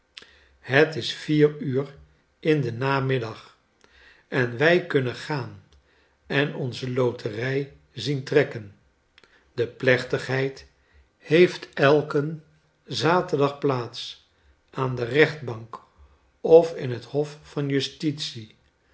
het is vier uur in den namiddag en wij kunnen gaan en onze loterij zien trekken de plechtigheid heeft elken zaterdag plaats aan de rechtbank of in het hof van justitie